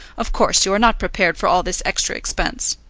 of course you are not prepared for all this extra expense.